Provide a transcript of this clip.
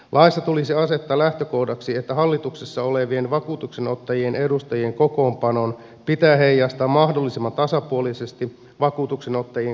laissa tulisi asettaa lähtökohdaksi että hallituksessa olevien vakuutuksenottajien edustajien kokoonpanon pitää heijastaa mahdollisimman tasapuolisesti vakuutuksenottajien koostumusta